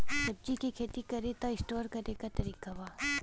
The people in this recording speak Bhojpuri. सब्जी के खेती करी त स्टोर करे के का तरीका बा?